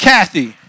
Kathy